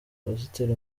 pasiteri